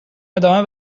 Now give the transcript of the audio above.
ادامه